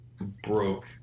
broke